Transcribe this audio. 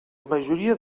majoria